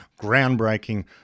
groundbreaking